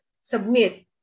submit